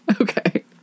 okay